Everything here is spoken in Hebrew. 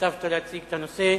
היטבת להציג את הנושא.